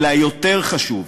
אלא יותר חשוב,